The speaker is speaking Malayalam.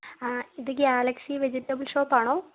ആ ഇത് ഗാലക്സി വെജിറ്റബിൾ ഷോപ്പ് ആണോ